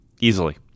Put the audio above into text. Easily